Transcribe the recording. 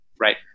Right